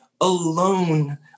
alone